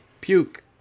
puke